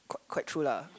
quite quite true lah